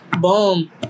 boom